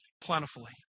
plentifully